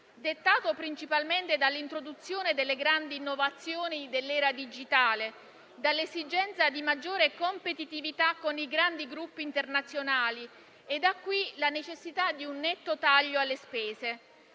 dettato principalmente dall'introduzione delle grandi innovazioni dell'era digitale, dall'esigenza di maggiore competitività con i grandi gruppi internazionali e da qui nasce la necessità di un netto taglio alle spese.